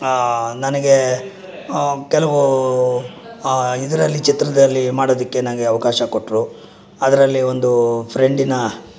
ನನಗೆ ಕೆಲವು ಇದರಲ್ಲಿ ಚಿತ್ರದಲ್ಲಿ ಮಾಡೋದಕ್ಕೆ ನನಗೆ ಅವಕಾಶ ಕೊಟ್ಟರು ಅದರಲ್ಲಿ ಒಂದು ಫ್ರೆಂಡಿನ